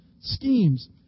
schemes